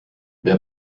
wer